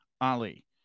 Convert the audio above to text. Ali